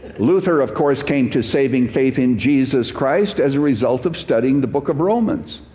luther, of course, came to saving faith in jesus christ as a result of studying the book of romans.